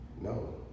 No